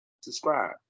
Subscribe